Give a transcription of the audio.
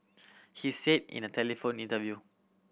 he said in a telephone interview